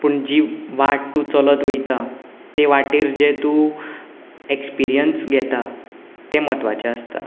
पूण जी वाट तूं चलत वयता ते वाटेर जे तूं एक्सपिरीयन्स घेता ते म्हत्वाचे आसता